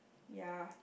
ya